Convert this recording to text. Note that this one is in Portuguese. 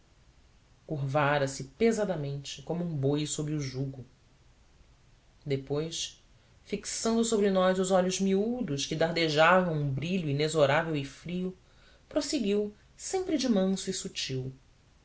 tributos curvara se pesadamente como um boi sob o jugo depois fixando sobre nós os olhos miúdos que dardejavam um brilho inexorável e frio prosseguiu sempre de manso e sutil